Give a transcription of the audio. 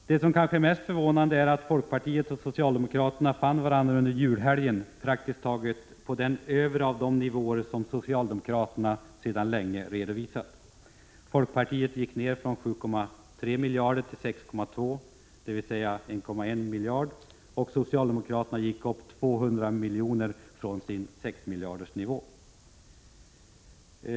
Det kanske mest förvånande är att folkpartiet och socialdemokraterna fann varandra under julhelgen praktiskt taget på den övre av de nivåer som socialdemokraterna sedan länge redovisat. Folkpartiet gick ner från 7,3 miljarder till 6,2, dvs. med 1,1 miljard, och socialdemokraterna gick upp med 200 miljoner från sin 6-miljardersniå.